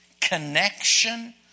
connection